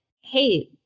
Hey